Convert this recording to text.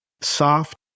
Soft